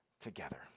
together